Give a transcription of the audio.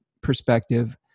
perspective